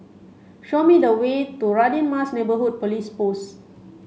show me the way to Radin Mas Neighbourhood Police Post